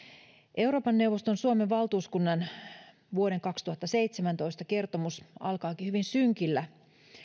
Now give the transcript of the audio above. euroopan neuvoston suomen valtuuskunnan vuoden kaksituhattaseitsemäntoista kertomus alkaakin hyvin synkillä